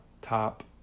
top